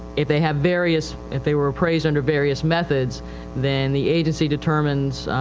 if they have various, if they were appraised under various methods then the agency determines,